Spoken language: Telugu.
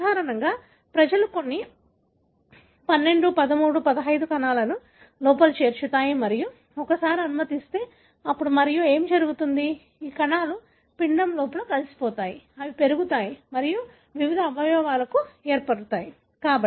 సాధారణంగా ప్రజలు కొన్ని 12 13 15 కణాలను లోపల చేర్చుతారు మరియు ఒకసారి అనుమతిస్తే అప్పుడు ఏమి జరుగుతుంది ఈ కణాలు పిండం లోపల కలిసిపోతాయి అవి పెరుగుతాయి మరియు వివిధ అవయవాలను ఏర్పరుస్తాయి